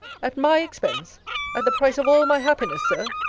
at my expense at the price of all my happiness, sir?